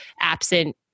absent